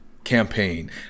Campaign